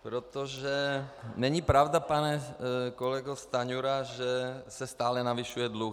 Protože není pravda, pane kolego Stanjuro, že se stále navyšuje dluh.